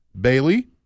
Bailey